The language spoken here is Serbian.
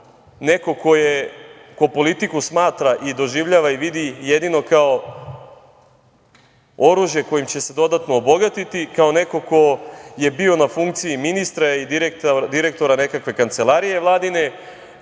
kako neko ko politiku smatra i doživljava i vidi jedino kao oružje kojim će se dodatno obogatiti, kao neko ko je bio na funkciji ministra i direktora nekakve kancelarije Vladine,